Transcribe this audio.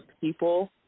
people